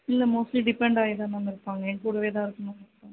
இல்லை mostly depend ஆகிதான் ma'am இருப்பாங்க என்கூடவேதான் இருப்பாள்